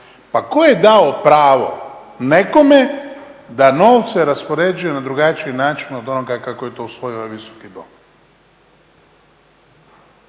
Pa tko je dao pravo nekome da novce raspoređuje na drugačiji način od onoga kako je to usvojio ovaj Visoki dom?